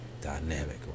dynamic